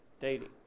dating